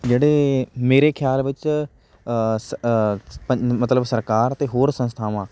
ਜਿਹੜੇ ਮੇਰੇ ਖਿਆਲ ਵਿੱਚ ਸ ਮਤਲਬ ਸਰਕਾਰ ਅਤੇ ਹੋਰ ਸੰਸਥਾਵਾਂ